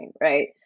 Right